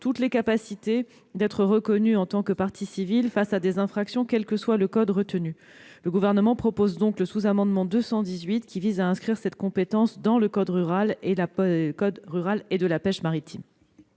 toutes les capacités d'être reconnu en tant que partie civile face à des infractions, quel que soit le code retenu. Le Gouvernement vous soumet donc le sous-amendement n° 218, qui tend à inscrire cette compétence dans le code rural et de la pêche maritime.